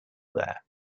there